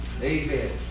Amen